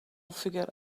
figured